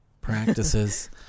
practices